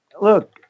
look